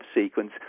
sequence